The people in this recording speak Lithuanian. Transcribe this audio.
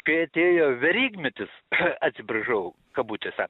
kai atėjo verygmetis atsiprašau kabutėse